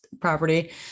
property